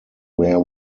where